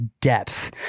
depth